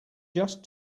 just